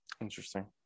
Interesting